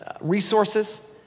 resources